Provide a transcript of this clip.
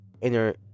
inner